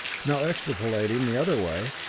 now extrapolating the other way,